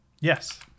yes